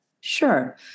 Sure